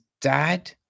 dad